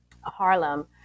Harlem